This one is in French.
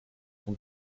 son